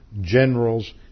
generals